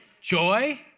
Joy